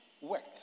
work